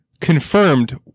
Confirmed